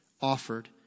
offered